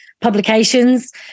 publications